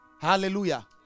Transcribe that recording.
Hallelujah